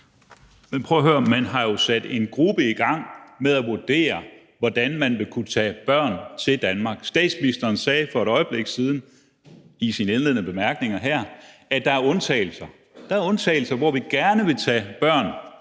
Men prøv at høre. Man har jo sat en gruppe i gang med at vurdere, hvordan man vil kunne tage børn til Danmark. Statsministeren sagde for et øjeblik siden i sine indledende bemærkninger, at der er undtagelser – at der er undtagelser,